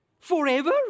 Forever